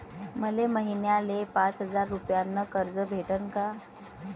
मले महिन्याले पाच हजार रुपयानं कर्ज भेटन का?